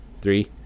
three